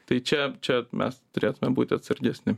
tai čia čia mes turėtumėm būti atsargesni